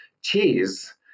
Cheese